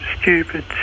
stupid